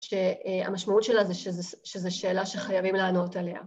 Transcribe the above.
שהמשמעות שלה זה שזה שאלה שחייבים לענות עליה.